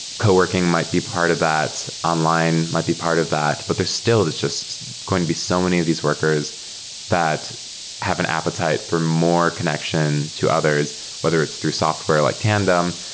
co-working might be part of that. online might be part of that, but still there's just going to be so many of these workers that have an appetite for more connection to others, whether it's through software like tandem.